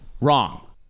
wrong